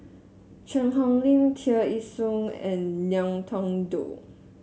Cheang Hong Lim Tear Ee Soon and Ngiam Tong Dow